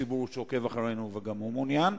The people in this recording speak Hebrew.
יכול להיות שיש ציבור שעוקב אחרינו וגם הוא מעוניין,